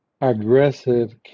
aggressive